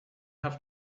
have